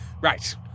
right